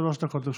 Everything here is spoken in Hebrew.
שלוש דקות לרשותך.